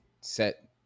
set